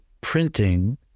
printing